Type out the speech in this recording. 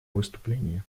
выступление